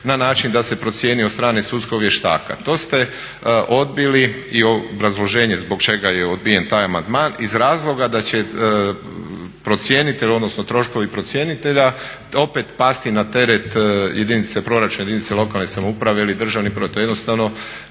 na način da se procjeni od strane sudskog vještaka. To ste odbili i obrazloženje zbog čega je odbijen taj amandman iz razloga da će procjenitelj, odnosno troškovi procjenitelja opet pasti na teret proračuna jedinice lokalne samouprave ili države. To jednostavno